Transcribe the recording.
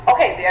Okay